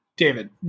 David